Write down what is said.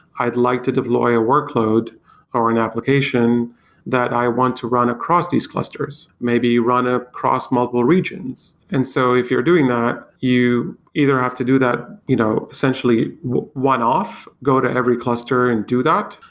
i'd like to deploy a workload or an application that i want to run across these clusters. maybe run ah cross-multiple regions. and so if you're doing that, you either have to do that you know essentially one-off, go to every cluster and do that,